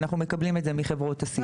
אנחנו מקבלים את זה מחברות הסיעוד.